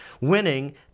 winning